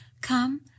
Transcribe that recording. Come